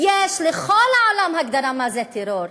תהיה לך הזדמנות לדבר.